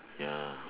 ya